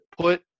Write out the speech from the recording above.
put